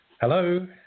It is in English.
Hello